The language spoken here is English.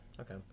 Okay